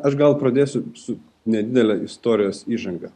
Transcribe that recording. aš gal pradėsiu su nedidele istorijos įžanga